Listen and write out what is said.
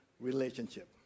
relationship